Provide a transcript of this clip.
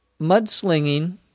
Mudslinging